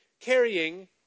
carrying